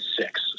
six